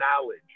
knowledge